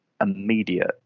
immediate